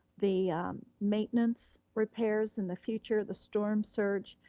the maintenance repairs in the future, the storm surge,